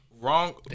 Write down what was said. Wrong